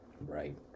right